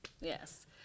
Yes